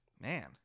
Man